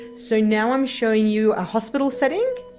so now i'm showing you a hospital setting.